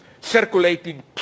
circulating